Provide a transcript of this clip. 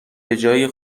بجای